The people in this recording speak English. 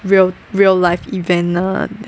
real real life events ah